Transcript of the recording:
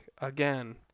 again